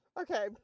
Okay